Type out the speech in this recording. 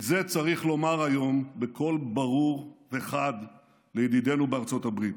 את זה צריך לומר היום בקול ברור וחד לידידינו בארצות הברית.